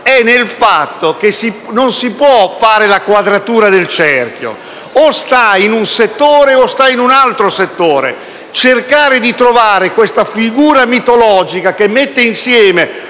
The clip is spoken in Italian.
è nel fatto che non si può fare la quadratura del cerchio: o sta in un settore o sta in un altro settore. Cercare di trovare la figura mitologica che mette insieme